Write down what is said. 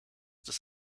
des